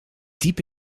diep